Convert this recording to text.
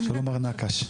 שלום מר נקש.